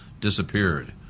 disappeared